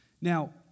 Now